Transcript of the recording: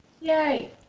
Yay